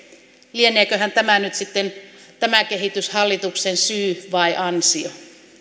lieneeköhän tämä kehitys nyt sitten hallituksen syy vai ansio